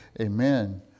Amen